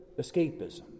escapism